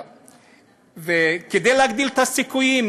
כדי להגדיל את הסיכויים,